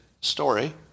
story